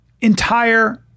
entire